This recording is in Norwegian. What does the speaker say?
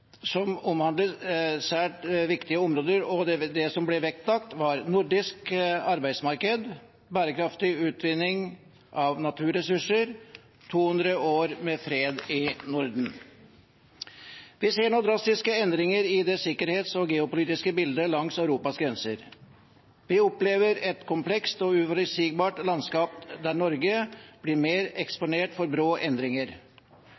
som omhandlet svært viktige områder. Det som ble vektlagt, var det nordiske arbeidsmarkedet bærekraftig utvinning av naturressurser 200 år med fred i Norden Vi ser nå drastiske endringer i det sikkerhets- og geopolitiske bildet langs Europas grenser. Vi opplever et komplekst og uforutsigbart landskap, der Norge blir